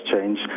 change